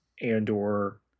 and/or